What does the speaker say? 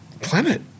planet